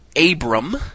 Abram